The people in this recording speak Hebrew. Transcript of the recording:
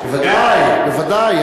בוודאי, בוודאי.